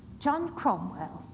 john cromwell,